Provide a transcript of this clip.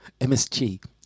MSG